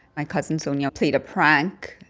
my cousins sonya played a prank,